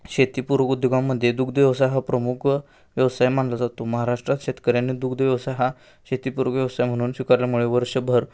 शेतीपूरक उद्योगामध्ये दुग्धव्यवसाय हा प्रमुख व्यवसाय मानला जातो महाराष्ट्रात शेतकऱ्यांनी दुग्धव्यवसाय हा शेतीपूरक व्यवसाय म्हणून स्वीकारल्यामुळे वर्षभर